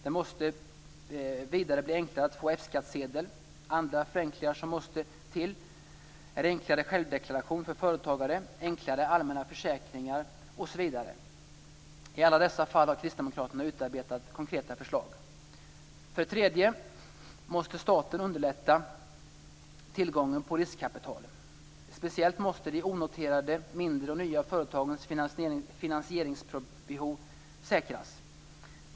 Det måste vidare bli enklare att få F-skattsedel. Andra förenklingar som måste till är enklare självdeklaration för företagare, enklare allmänna försäkringar osv. I alla dessa fall har kristdemokraterna utarbetat konkreta förslag. För det tredje måste staten underlätta tillgången på riskkapital. Speciellt måste de onoterade, mindre och nya företagens finansieringsbehov säkras.